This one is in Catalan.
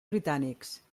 britànics